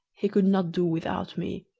he could not do without me,